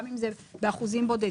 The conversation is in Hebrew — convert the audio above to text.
גם אם זה באחוזים בודדים.